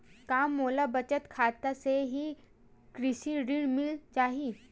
का मोला बचत खाता से ही कृषि ऋण मिल जाहि?